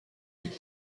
you